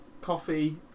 coffee